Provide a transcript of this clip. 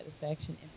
satisfaction